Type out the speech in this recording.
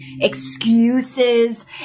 excuses